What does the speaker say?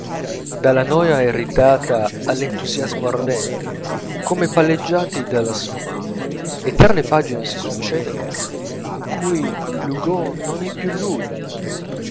dalla noia irritata all'entusiasmo ardente come palleggiati dalla sua mano eterne pagine si succedono in cui l'hugo non è più lui